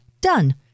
Done